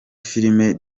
filime